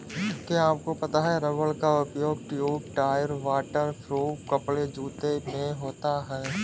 क्या आपको पता है रबर का उपयोग ट्यूब, टायर, वाटर प्रूफ कपड़े, जूते में होता है?